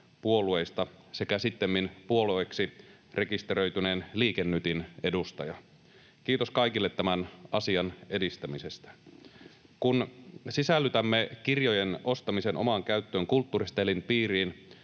puolueista sekä sittemmin puolueeksi rekisteröityneen Liike Nytin edustaja. Kiitos kaikille tämän asian edistämisestä. Kun sisällytämme kirjojen ostamisen omaan käyttöön kulttuurisetelin piiriin,